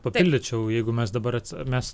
papildyčiau jeigu mes dabar mes